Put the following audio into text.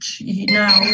now